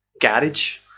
garage